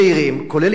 כולל עיתונאים,